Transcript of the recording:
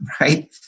right